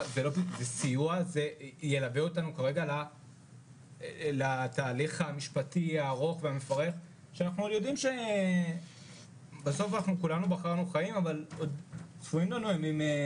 עליו ילווה אותנו בתהליך המשפטי הארוך והמפרך שעוד צפוי לנו.